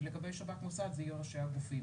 ולגבי שב"כ ומוסד זה יהיה ראשי הגופים,